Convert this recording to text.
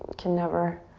can never